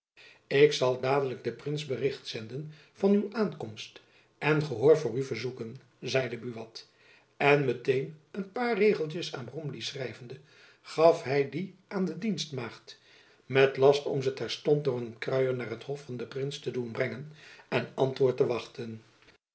ik zal dadelijk den prins bericht zenden van uw aankomst en gehoor voor u verzoeken zeide buat en met-een een paar regeltjens aan bromley schrijvende gaf hy die aan de dienstmaagd met last om ze terstond door een kruier naar t hof van den prins te doen brengen en antwoord te wachten